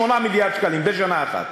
8 מיליארד שקלים בשנה אחת.